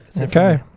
okay